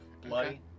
bloody